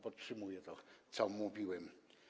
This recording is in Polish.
Podtrzymuję to, co mówiłem.